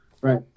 Right